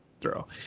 throw